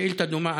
שאילתה דומה,